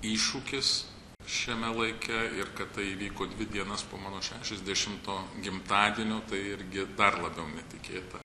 iššūkis šiame laike ir kad tai įvyko dvi dienas po mano šešiasdešimto gimtadienio tai irgi dar labiau netikėta